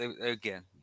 again